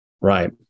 Right